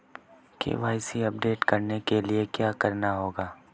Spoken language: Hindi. के.वाई.सी अपडेट करने के लिए क्या करना होगा?